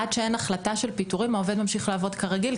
עד שאין החלטה של פיטורים העובד ממשיך לעבוד כרגיל,